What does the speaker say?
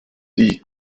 die